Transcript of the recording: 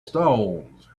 stones